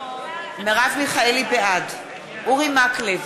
בעד אורי מקלב,